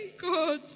God